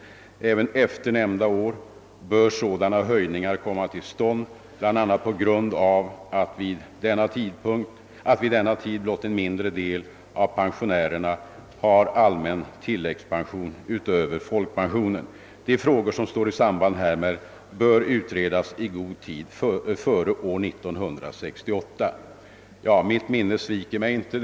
Även efter nämnda år bör sådana höjningar komma till stånd bl.a. på grund av att vid denna tid blott en mindre del av pensionärerna har allmän tilläggspension utöver folkpensionen. De frågor som står i samband härmed bör utredas i god tid före år 1968.» Mitt minne sviker mig inte.